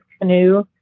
canoe